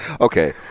Okay